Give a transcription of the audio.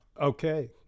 Okay